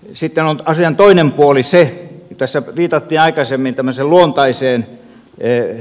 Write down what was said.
tässä sitten asian toinen puoli on se kun tässä viitattiin aikaisemmin tämmöiseen luontaiseen